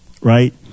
right